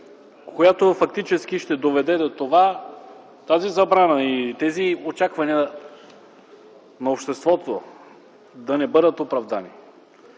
която фактически ще доведе до това тази забрана и тези очаквания на обществото да не бъдат оправдани.